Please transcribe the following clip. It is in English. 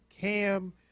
Cam